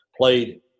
played